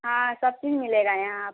हाँ सब चीज़ मिलेगा यहाँ आपको